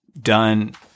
done